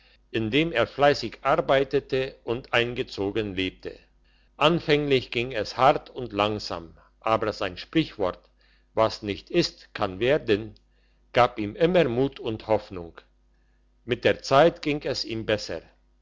indem er fleissig arbeitete und eingezogen lebte anfänglich ging es hart und langsam aber sein sprichwort was nicht ist kann werden gab ihm immer mut und hoffnung mit der zeit ging es besser